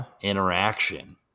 interaction